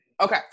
okay